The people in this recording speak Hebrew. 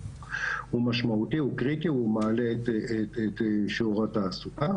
היא משמעותית וקריטית והיא מעלה את שיעור התעסוקה.